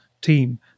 team